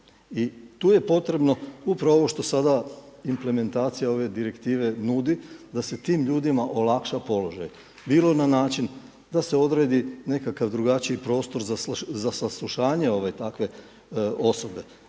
tu je potrebno upravo ovo što sada implementacija ove direktive nudi da se tim ljudima olakša položaj, bilo na način da se odredi nekakav drugačiji prostor za saslušanje takve osobe,